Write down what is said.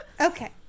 Okay